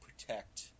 protect